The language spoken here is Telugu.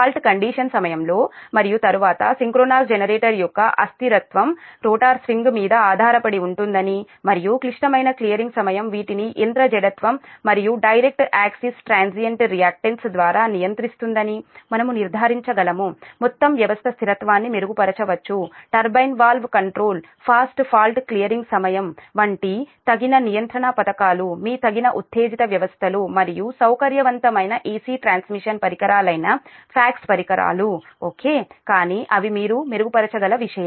ఫాల్ట్ కండిషన్ సమయంలో మరియు తరువాత సింక్రోనస్ జెనరేటర్ యొక్క అస్థిరత్వం రోటర్ స్వింగ్ మీద ఆధారపడి ఉంటుందని మరియు క్లిష్టమైన క్లియరింగ్ సమయం వీటిని యంత్ర జడత్వం మరియు డైరెక్ట్ ఆక్సిస్ ట్రాన్సియెంట్ రియాక్టన్స్ ద్వారా నియంత్రిస్తుందని మనము నిర్ధారించగలము మొత్తం వ్యవస్థ స్థిరత్వాన్ని మెరుగుపరచవచ్చు turbine valve control fast fault clearing సమయం వంటి తగిన నియంత్రణ పథకాలు మీ తగిన ఉత్తేజిత వ్యవస్థలు మరియు సౌకర్యవంతమైన AC ట్రాన్స్మిషన్ పరికరాలైన ఫాక్ట్స్ పరికరాలు ఓకే కానీ అవి మీరు మెరుగుపరచగల విషయం